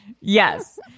Yes